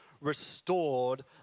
restored